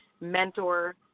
mentor